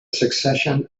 succession